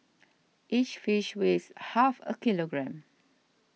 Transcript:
each fish weighs half a kilogram